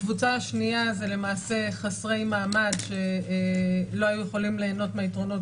הקבוצה השנייה זה חסרי מעמד שלא היו יכולים ליהנות מהיתרונות